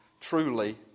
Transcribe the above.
truly